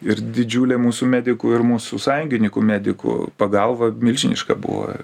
ir didžiulė mūsų medikų ir mūsų sąjungininkų medikų pagalba milžiniška buvo